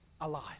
alive